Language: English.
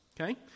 okay